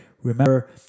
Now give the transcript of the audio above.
remember